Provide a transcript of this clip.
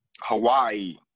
Hawaii